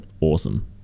awesome